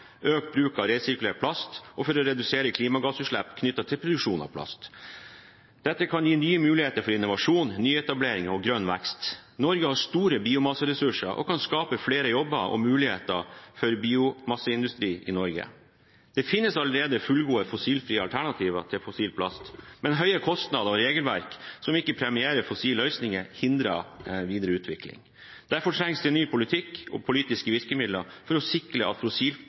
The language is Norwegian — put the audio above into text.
økt bruk av resirkulert plast og for å redusere klimagassutslipp knyttet til produksjon av plast. Dette kan gi nye muligheter for innovasjon, nyetableringer og grønn vekst. Norge har store biomasseressurser og kan skape flere jobber og muligheter for biomasseindustri i Norge. Det finnes allerede fullgode fossilfrie alternativer til fossil plast, men høye kostnader og regelverk som ikke premierer fossilfrie løsninger, hindrer videre utvikling. Derfor trengs det en ny politikk og politiske virkemidler for å sikre at